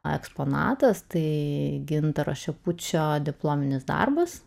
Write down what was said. eksponatas tai gintaro šepučio diplominis darbas